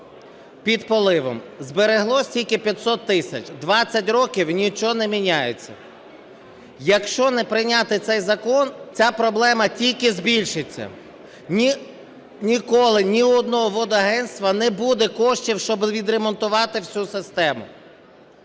під поливом, збереглось тільки 500 тисяч. 20 років нічого не міняється. Якщо не прийняти цей закон, ця проблема тільки збільшиться. Ніколи ні в одного водагентства не буде коштів, щоб відремонтувати всю систему.